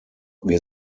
wir